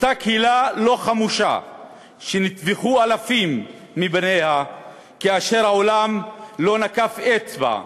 אותה קהילה לא חמושה שנטבחו אלפים מבניה כאשר העולם לא נקף אצבע.